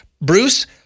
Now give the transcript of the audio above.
Bruce